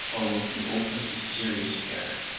or we'll be open to serious error.